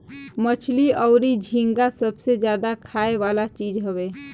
मछली अउरी झींगा सबसे ज्यादा खाए वाला चीज हवे